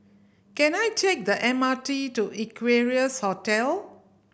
can I take the M R T to Equarius Hotel